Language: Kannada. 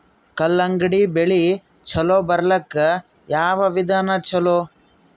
ಕಲ್ಲಂಗಡಿ ಬೆಳಿ ಚಲೋ ಬರಲಾಕ ಯಾವ ವಿಧಾನ ಚಲೋ?